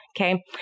Okay